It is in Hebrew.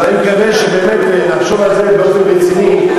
אני מקווה שבאמת נחשוב על זה באופן רציני,